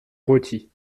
rôti